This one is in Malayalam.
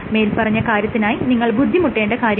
മേല്പറഞ്ഞ കാര്യത്തിനായി നിങ്ങൾ ബുദ്ധിമുട്ടേണ്ട കാര്യമില്ല